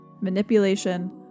Manipulation